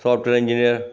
software engineer